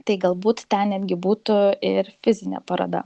tai galbūt ten netgi būtų ir fizinė paroda